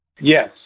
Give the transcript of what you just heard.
Yes